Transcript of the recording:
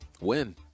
Win